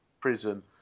prison